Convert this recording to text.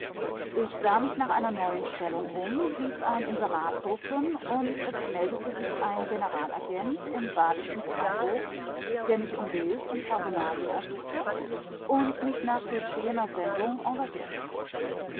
ich sah mich nach einer neuen stellung um ließ ein inserat drucken und es meldete sich ein generalagent im badischen freiburg der mich um bild und personalien ersuchte und mich nach geschehener sendung engagierte